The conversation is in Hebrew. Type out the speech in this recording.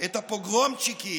את הפוגרומצ'יקים,